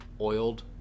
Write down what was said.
oiled